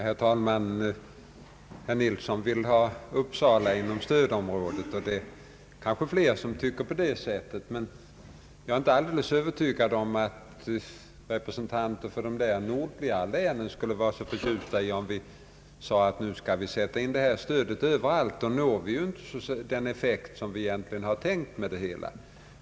Herr talman! Herr Nilsson vill ha Uppsala län inom stödområdet, och det finns kanske flera som tycker på det sättet. Jag är inte alldeles övertygad om att representanter för de nordliga länen skulle vara så förtjusta, om vi sade att stödet skall sättas in överallt, ty då uppnås ju inte den effekt som vi egentligen har avsett.